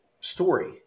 story